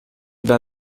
bas